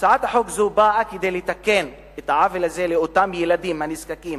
הצעת חוק זו באה לתקן עוול זה כלפי אותם ילדים נזקקים